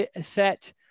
set